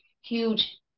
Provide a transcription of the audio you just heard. huge